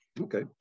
Okay